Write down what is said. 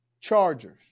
Chargers